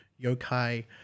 yokai